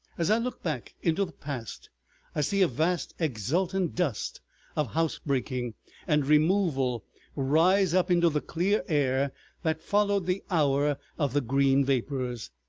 as i look back into the past i see a vast exultant dust of house-breaking and removal rise up into the clear air that followed the hour of the green vapors,